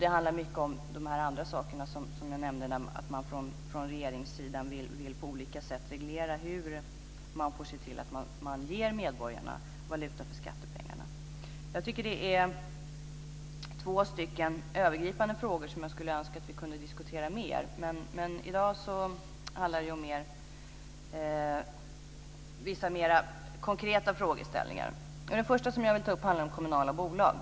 Det handlar mycket om de andra sakerna som jag nämnde, att man från regeringssidan på olika sätt vill reglera hur man ger medborgarna valuta för skattepengarna. Det är två övergripande frågor som jag skulle önska att vi kunde diskutera mer, men i dag handlar det mer om vissa konkreta frågeställningar. Den första som jag vill ta upp handlar om kommunala bolag.